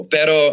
Pero